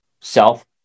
self